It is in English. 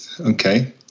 Okay